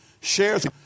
shares